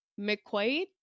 McQuaid